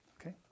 Okay